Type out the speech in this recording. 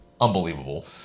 unbelievable